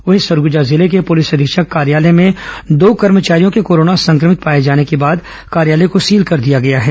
वहीं सरगुजा जिले के पुलिस अधीक्षक कार्यालय में दो कर्मचारियों के कोरोना संक्रमित पाए जाने के बाद कार्यालय को सील कर दिया गया है